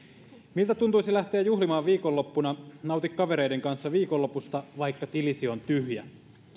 miltä tuntuisi lähteä juhlimaan viikonloppuna nauti kavereiden kanssa viikonlopusta vaikka tilisi on tyhjä